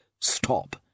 Stop